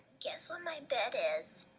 guess where my bed is?